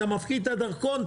אתה מפקיד את הדרכון,